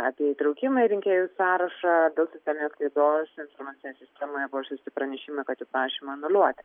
apie įtraukimą į rinkėjų sąrašą dėl sisteminės klaidos informacinėje sistemoje buvo išsiųsti pranešimai kad jų prašymą anuliuoja